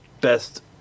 best